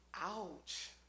ouch